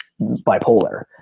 bipolar